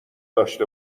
داشته